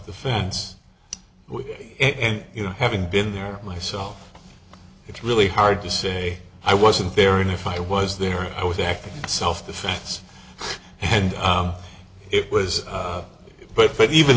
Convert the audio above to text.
defense and you know having been there myself it's really hard to say i wasn't there and if i was there i was acting in self defense and it was but but even